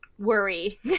worry